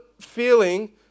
feeling